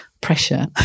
pressure